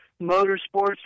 Motorsports